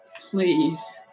Please